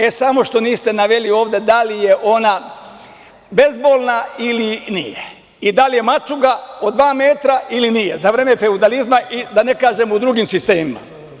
E, samo što niste naveli ovde da li je ona bezbolna ili nije i da li je mačuga od dva metra ili nije za vreme feudalizma i da ne kažem u drugim sistemima.